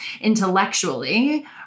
intellectually